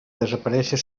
desaparéixer